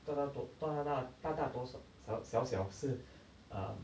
大家都大大大大小小是 um